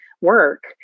work